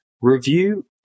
review